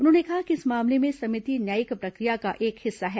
उन्होंने कहा कि इस मामले में समिति न्यायिक प्रक्रिया का एक हिस्सा है